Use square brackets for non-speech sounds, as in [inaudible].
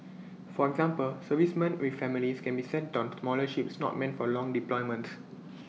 for example servicemen with families can be sent on [noise] smaller ships not meant for long deployments